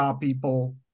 people